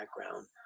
background